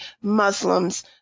Muslims